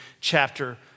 chapter